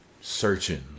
searching